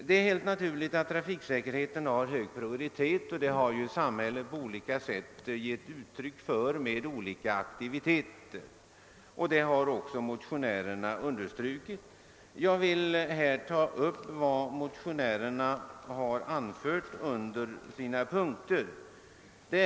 Det är helt naturligt att trafiksäkerheten har hög prioritet — detta har ju samhället på olika sätt gett uttryck för med olika aktiviteter. Detta har också motionärerna understrukit. Jag vill här ta upp vad motionärerna har anfört under olika punkter.